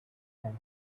and